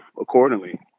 accordingly